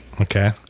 Okay